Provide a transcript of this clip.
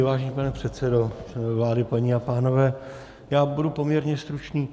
Vážený pane předsedo vlády, paní a pánové, budu poměrně stručný.